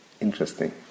interesting